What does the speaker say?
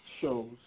shows